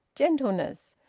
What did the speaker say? gentleness,